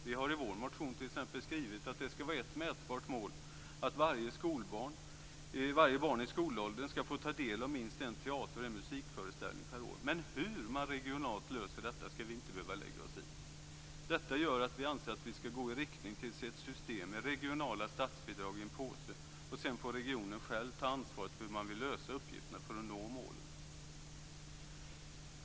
Vi har i vår motion t.ex. skrivit att det skall vara ett mätbart mål att varje barn i skolåldern skall få ta del av minst en teater och en musikföreställning per år. Men hur man regionalt löser detta skall vi inte behöva lägga oss i. Detta gör att vi anser att vi skall gå i riktning mot ett system med regionala statsbidrag i en påse, och sedan får regionen själv ta ansvaret för hur man vill lösa uppgifterna för att nå upp till målen.